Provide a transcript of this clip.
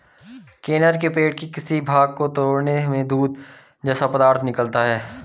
कनेर के पेड़ के किसी भाग को तोड़ने में दूध जैसा पदार्थ निकलता है